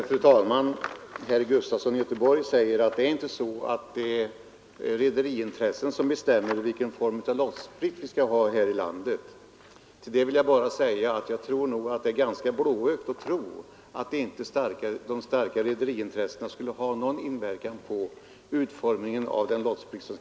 Fru talman! Herr Sven Gustafson i Göteborg säger att det inte är rederiintressena som bestämmer vilken form av lotsplikt vi skall ha här i landet. Men det är ganska blåögt att tro att inte de starka rederiintressena skulle ha någon inverkan på utformningen av lotsplikten.